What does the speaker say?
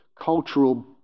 cultural